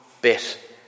bit